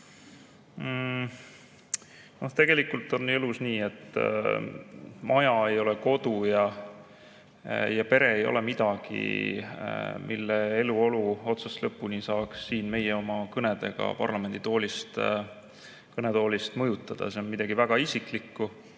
Tegelikult on elus nii, et maja ei ole kodu ja pere ei ole midagi, mille eluolu otsast lõpuni saaks siin meie oma kõnedega parlamendi kõnetoolist mõjutada. See on midagi väga isiklikku